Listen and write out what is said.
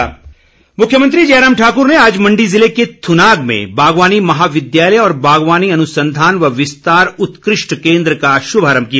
CM बागवानी college मुख्यमंत्री जयराम ठाक्र ने आज मण्डी ज़िले के थुनाग में बागवानी महाविद्यालय और बागवानी अनुसंधान व विस्तार उत्कृष्ट केन्द्र का शुभारम्भ किया